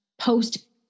post